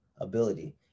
ability